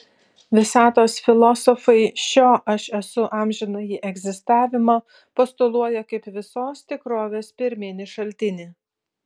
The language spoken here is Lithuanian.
visatos filosofai šio aš esu amžinąjį egzistavimą postuluoja kaip visos tikrovės pirminį šaltinį